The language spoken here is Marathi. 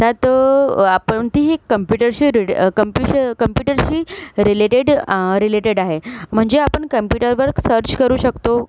त्यात आपण तीही कंम्पुटरशी रीड कंम्पुशी कंम्पुटरशी रिलेटेड रिलेटेड आहे म्हणजे आपण कंम्पुटरवर सर्च करू शकतो